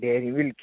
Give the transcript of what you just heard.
dairy milk